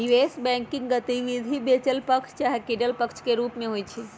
निवेश बैंकिंग गतिविधि बेचल पक्ष चाहे किनल पक्ष के रूप में होइ छइ